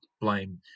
blame